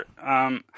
Sure